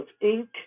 ink